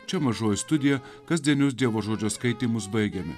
čia mažoji studija kasdienius dievo žodžio skaitymus baigiame